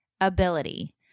ability